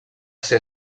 ser